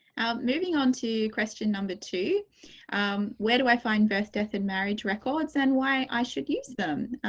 moving on to question number two um where do i find birth, death and marriage records and why i should use them?